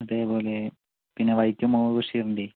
അതേപോലെ പിന്നെ വൈക്കം മുഹമ്മദ് ബഷീറിൻ്റെയെ